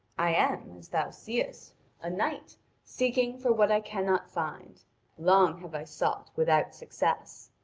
i am, as thou seest, a knight seeking for what i cannot find long have i sought without success